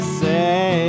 say